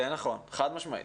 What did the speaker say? זה נכון, חד משמעית.